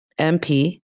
MP